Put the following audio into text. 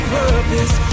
purpose